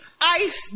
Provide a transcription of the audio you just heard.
Ice